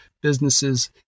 businesses